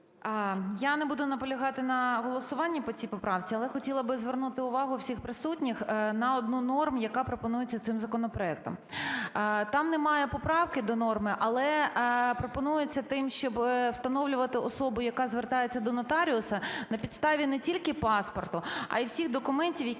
Я не буду наполягати не голосуванні по цій поправці, але хотіла би звернути увагу всіх присутніх на одну норму, яка пропонується цим законопроектом. Там немає поправки до норми, але пропонується тим, щоб встановлювати особу, яка звертається до нотаріуса, на підставі не тільки паспорту, а і всіх документів, які